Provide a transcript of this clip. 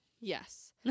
Yes